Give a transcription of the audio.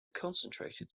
concentrated